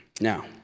Now